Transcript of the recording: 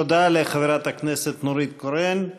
תודה לחברת הכנסת נורית קורן.